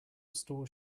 store